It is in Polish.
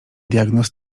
diagnoz